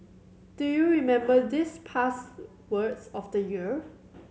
do you remember these past words of the year